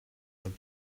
but